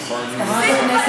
תפסיק כבר עם הבולשיט